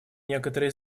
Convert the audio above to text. некоторые